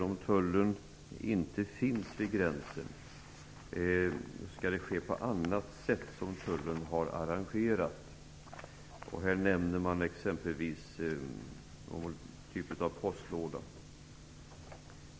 Om tullstation inte finns vid gränsen skall det ske på annat sätt som tullen har arrangerat, t.ex. en postlåda.